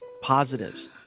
positives